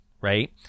right